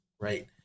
right